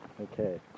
Okay